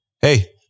hey